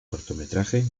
cortometraje